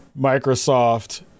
Microsoft